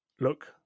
look